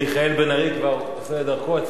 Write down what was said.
חבר הכנסת מיכאל בן-ארי כבר עושה את דרכו.